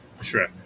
Sure